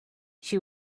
she